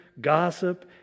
gossip